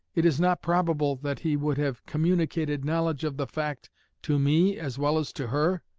it is not probable that he would have communicated knowledge of the fact to me as well as to her?